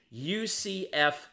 ucf